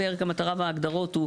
פרק המטרה וההגדרות הוא,